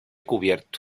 cubierto